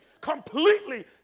completely